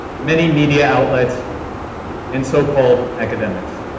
many media outlets and so-called academics.